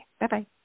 Bye-bye